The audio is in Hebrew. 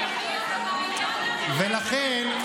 ולכן,